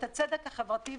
את הצדק החברתי,